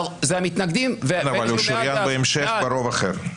המתנגדים -- אבל הוא שוריין בהמשך ברוב אחר.